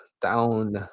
down